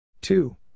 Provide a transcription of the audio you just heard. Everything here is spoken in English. Two